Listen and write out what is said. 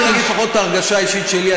אני רוצה לפחות להגיד את ההרגשה האישית שלי.